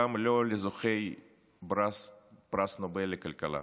גם לא לזוכי פרס נובל לכלכלה.